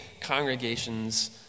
congregations